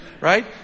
Right